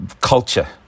culture